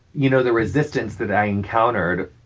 you know, the resistance that i encountered,